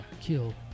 kill